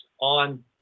on